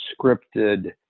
scripted